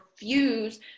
refuse